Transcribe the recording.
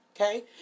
Okay